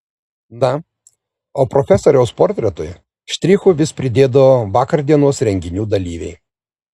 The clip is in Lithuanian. na o profesoriaus portretui štrichų vis pridėdavo vakardienos renginių dalyviai